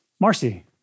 Marcy